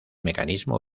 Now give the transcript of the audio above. mecanismo